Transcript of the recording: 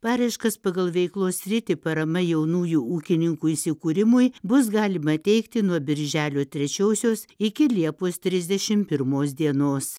paraiškas pagal veiklos sritį parama jaunųjų ūkininkų įsikūrimui bus galima teikti nuo birželio trečiosios iki liepos trisdešim pirmos dienos